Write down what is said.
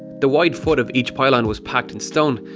the wide foot of each pylon was packed in stone,